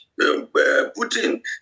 Putin